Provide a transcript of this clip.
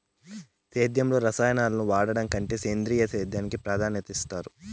సేద్యంలో రసాయనాలను వాడడం కంటే సేంద్రియ సేద్యానికి ప్రాధాన్యత ఇస్తారు